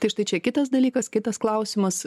tai štai čia kitas dalykas kitas klausimas